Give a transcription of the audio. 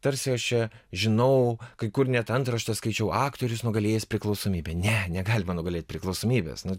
tarsi aš čia žinau kai kur net antraštę skaičiau aktorius nugalėjęs priklausomybę ne negalima nugalėt priklausomybės nu